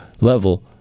level